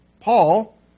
Paul